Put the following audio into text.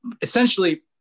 Essentially